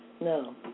No